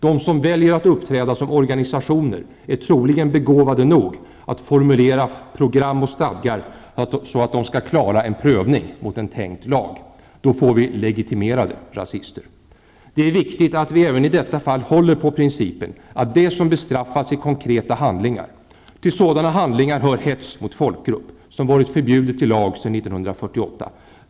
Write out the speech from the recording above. De som väljer att uppträda som organisationer är troligen begåvade nog att formulera program och stadgar så att de skall klara en prövning mot en tänkt lag. Då får vi legitimerade rasister. Det är viktigt att vi även i detta fall håller på principen att det som bestraffas är konkreta handlingar. Till sådana handlingar hör hets mot folkgrupp, som varit förbjudet i lag sedan 1948.